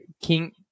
King